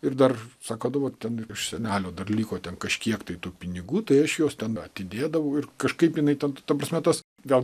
ir dar sako vat ten iš senelio dar liko ten kažkiek tiktų pinigų tai aš juos ten atidėdavau ir kažkaip jinai tada ta prasme tas gal